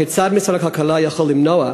כיצד משרד הכלכלה יכול למנוע,